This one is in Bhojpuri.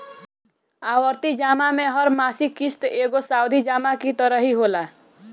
आवर्ती जमा में हर मासिक किश्त एगो सावधि जमा की तरही होला